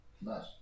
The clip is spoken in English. Nice